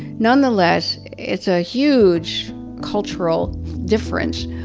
nonetheless it's a huge cultural difference.